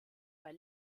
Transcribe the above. bei